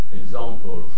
example